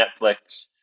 Netflix